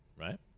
right